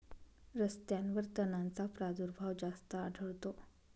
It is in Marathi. रस्त्यांवर तणांचा प्रादुर्भाव जास्त आढळतो